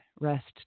rest